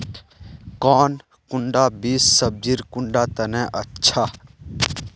कौन कुंडा बीस सब्जिर कुंडा तने अच्छा?